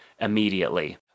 immediately